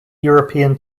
european